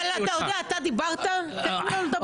אתה דיברת, תן לו לדבר.